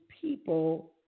people